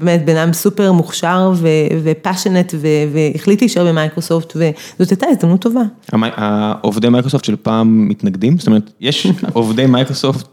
באמת בינם סופר מוכשר ופאשנט והחליט להישאר במייקרוסופט וזאת הייתה הזדמנות טובה. העובדי מייקרוסופט של פעם מתנגדים? זאת אומרת יש עובדי מייקרוסופט?